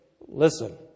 listen